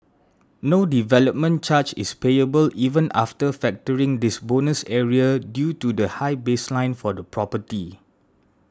no development charge is payable even after factoring this bonus area due to the high baseline for the property